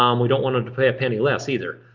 um we don't want them to pay a penny less either.